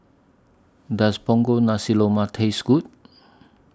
Does Punggol Nasi Lemak Taste Good